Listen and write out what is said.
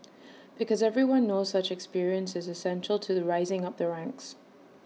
because everyone knows such experience is essential to rising up the ranks